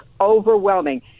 overwhelming